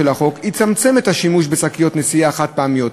היא לצמצם את השימוש בשקיות נשיאה חד-פעמיות,